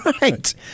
Right